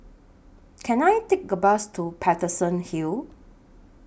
Can I Take A Bus to Paterson Hill